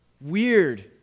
weird